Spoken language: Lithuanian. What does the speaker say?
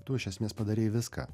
tu iš esmės padarei viską